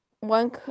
one